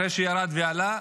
אחרי שירד ועלה,